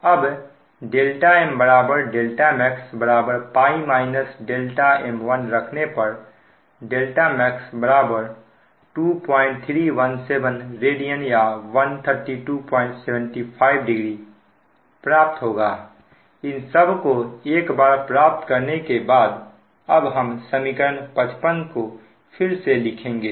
अब δm δmax π m1 रखने पर δmax 2317 रेडियन या 132750 प्राप्त होगा इन सब को एक बार प्राप्त करने के बाद अब हम समीकरण 55 को फिर से लिखेंगे